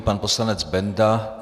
Pan poslanec Benda.